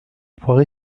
poiré